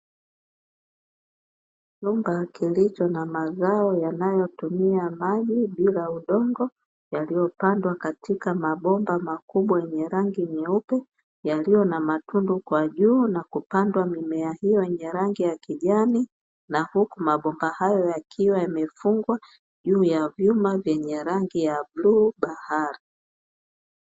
Chumba kilicho na mazao yanayotumia maji bila udongo, yaliyopandwa katika mabomba makubwa yenye rangi nyeupe yaliyo na matundu kwa juu na kupandwa mimea hiyo yenye rangi ya kijani na huku mabomba hayo yakiwa yamefungwa juu ya vyuma vyenye rangi ya bluu bahari.